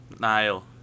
Nile